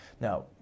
Now